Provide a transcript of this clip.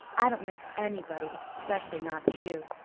i don't miss anybody especially not you.